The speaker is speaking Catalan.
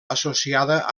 associada